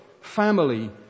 family